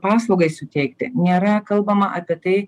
paslaugai suteikti nėra kalbama apie tai